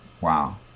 Wow